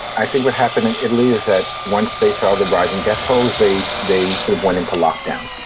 i think what happened in italy is that once they saw the rising death tolls, they they sort of went into lockdown.